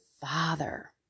father